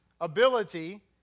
ability